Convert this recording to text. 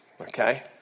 Okay